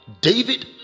David